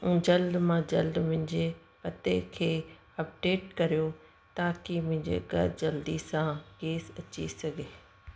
जल्द मां जल्द मुंहिंजे पते खे अपडेट कयो ताकी मुंहिंजे घरु जल्दी सां गैस अची सघे